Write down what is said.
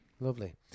Lovely